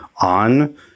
on